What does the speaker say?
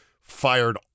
fired